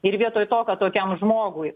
ir vietoj to kad tokiam žmogui